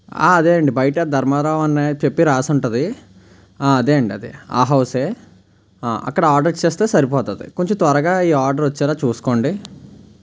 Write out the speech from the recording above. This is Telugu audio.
అదే అండి బయట ధర్మరాజు అని చెప్పి రాసి ఉంటుంది అదే అండి అదే ఆ హౌసే అక్కడ ఆర్డర్స్ ఇచ్చేస్తే సరిపోతుంది కొంచెం త్వరగా ఈ ఆర్డర్ వచ్చేలా చూసుకోండి